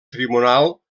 tribunal